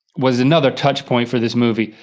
was another touch point for this movie.